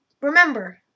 Remember